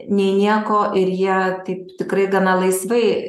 nei nieko ir jie taip tikrai gana laisvai